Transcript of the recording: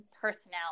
personality